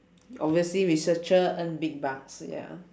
obviously researcher earn big bucks